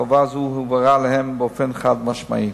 וחובה זו הובהרה להן באופן חד-משמעי.